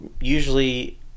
usually